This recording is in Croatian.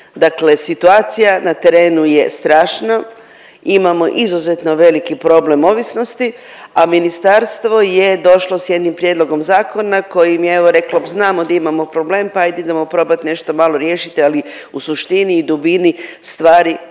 Dakle, situacija na terenu je strašna, imamo izuzetno veliki problem ovisnosti, a ministarstvo je došlo sa jednim prijedlogom zakona kojim je evo reklo znamo di imamo problem, pa hajde idemo probati nešto malo riješiti, ali u suštini i dubini stvari problem